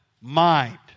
Mind